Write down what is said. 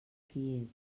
qui